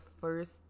first